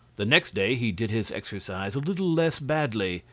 the next day he did his exercise a little less badly,